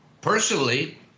personally